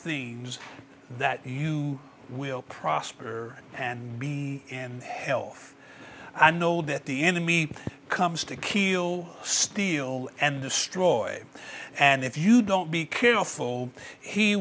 things that you will prosper and and health i know that the enemy comes to kill steal and destroy and if you don't be careful he